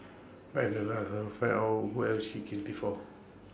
but I've never asked her find out who else she's kissed before